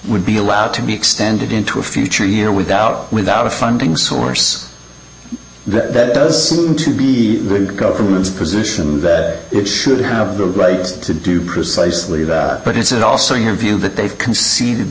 would be allowed to be extended into a future year without without a funding source that does to be government's position it should have the right to do precisely that but it's it also your view that they've conceded